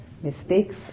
Mistakes